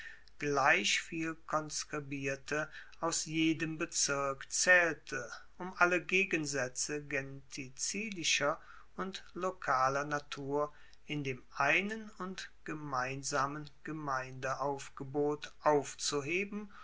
gleich viel konskribierte aus jedem bezirk zaehlte um alle gegensaetze gentilizischer und lokaler natur in dem einen und gemeinsamen gemeindeaufgebot aufzuheben